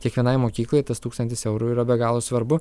kiekvienai mokyklai tas tūkstantis eurų yra be galo svarbu